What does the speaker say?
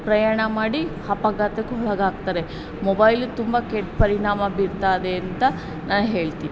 ಪ್ರಯಾಣ ಮಾಡಿ ಅಪಘಾತಕ್ಕೆ ಒಳಗಾಗ್ತಾರೆ ಮೊಬೈಲು ತುಂಬ ಕೆಟ್ಟ ಪರಿಣಾಮ ಬೀರ್ತಾಯಿದೆ ಅಂತ ನಾನು ಹೇಳ್ತೀನಿ